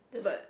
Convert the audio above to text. but